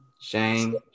Shame